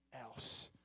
else